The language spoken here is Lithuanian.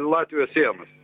latvijos sienos